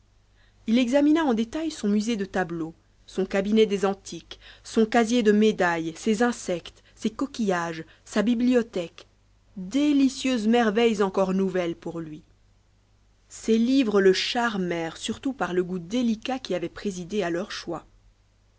h examina en détail son musée de tableaux son cabinet des antiques son casier de médailles ses insectes ses coquillages sa bibliothèque délicieuses merveilles encore nouvelles pour lui ses livres le charmèrent surtout par le goût délicat qui avait préside a leur choix